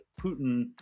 Putin